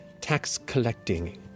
Tax-Collecting